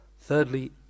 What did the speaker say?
thirdly